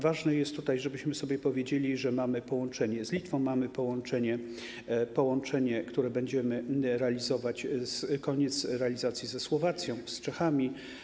Ważne jest, żebyśmy sobie powiedzieli, że mamy połączenie z Litwą, mamy połączenie, które będziemy realizować - koniec realizacji - ze Słowacją, z Czechami.